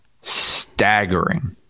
staggering